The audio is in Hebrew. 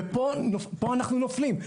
ופה אנחנו נופלים.